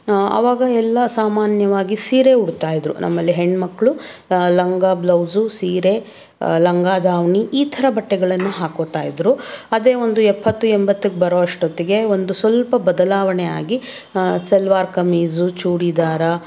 ಆವಾಗ ಎಲ್ಲ ಸಾಮಾನ್ಯವಾಗಿ ಸೀರೆ ಉಡ್ತಾ ಇದ್ದರು ನಮ್ಮಲ್ಲಿ ಹೆಣ್ಮಕ್ಳು ಲಂಗ ಬ್ಲೌಸು ಸೀರೆ ಲಂಗ ದಾವಣಿ ಈ ಥರ ಬಟ್ಟೆಗಳನ್ನು ಹಾಕೋತಾ ಇದ್ದರು ಅದೇ ಒಂದು ಎಪ್ಪತ್ತು ಎಂಬತ್ತಿಗೆ ಬರೋ ಅಷ್ಟೊತ್ತಿಗೆ ಒಂದು ಸ್ವಲ್ಪ ಬದಲಾವಣೆ ಆಗಿ ಸಲ್ವಾರ್ ಕಮೀಝು ಚೂಡಿದಾರ